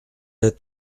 êtes